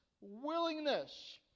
willingness